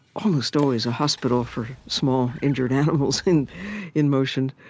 almost always, a hospital for small injured animals in in motion.